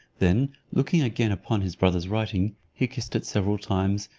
then looking again upon his brother's writing, he kissed it several times,